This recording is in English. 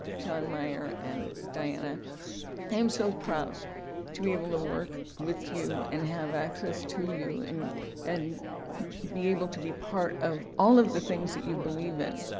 jon meyer, and diana, i am so proud to be able to work with you, and have access to you, and and be able to be part of all of the things that you believe in.